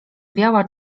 biała